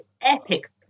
epic